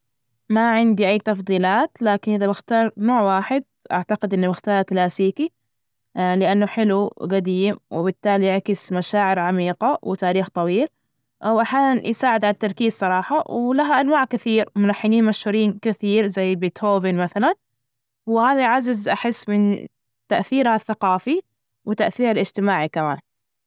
ما عندي أي تفضيلات، لكن إذا بختار نوع واحد أعتقد إني بختار الكلاسيكي لأنه حلو وجديم، وبالتالي يعكس مشاعر عميقة وتاريخ طويل أو أحيانا يساعد على التركيز صراحة ولها أنواع كثير ملحنين مشهورين كثير زي بيتهوفن مثلا وهذا يعزز أحس من تأثيرها الثقافي وتأثيرها الاجتماعي كمان.